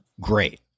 great